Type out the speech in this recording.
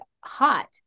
hot